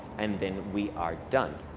and then we are done.